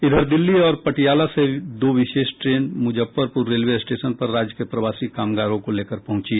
इधर दिल्ली और पटियाला से दो विशेष ट्रेन मुजफ्फरपुर रेलवे स्टेशन पर राज्य के प्रवासी कामगारों को लेकर पहुंची